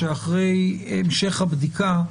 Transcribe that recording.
אחרי המשך הבדיקה,